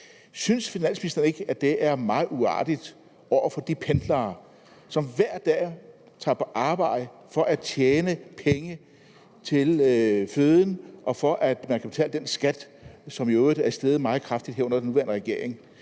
Synes finansministeren ikke, at det er meget uartigt over for de pendlere, som hver dag tager på arbejde for at tjene penge til føden og til at betale den skat, som i øvrigt er steget meget kraftigt under den nuværende regering,